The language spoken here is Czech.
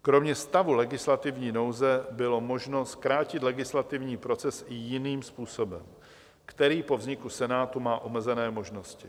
Kromě stavu legislativní nouze bylo možno zkrátit legislativní proces i jiným způsobem, který po vzniku Senátu má omezené možnosti.